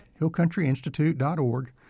hillcountryinstitute.org